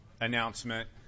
announcement